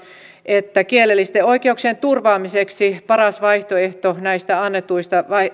että kielellisten oikeuksien turvaamiseksi paras vaihtoehto näistä